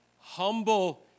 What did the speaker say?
Humble